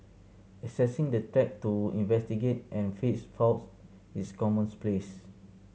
accessing the track to investigate and fix faults is commons place